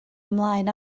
ymlaen